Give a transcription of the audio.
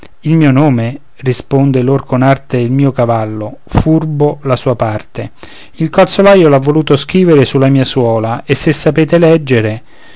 il mio nome risponde lor con arte il mio cavallo furbo la sua parte il calzolaio l'ha voluto scrivere sulla mia suola e se sapete leggere